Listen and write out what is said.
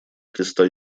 креста